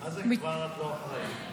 מה זה את כבר לא אחראית?